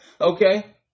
okay